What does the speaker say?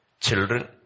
children